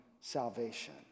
salvation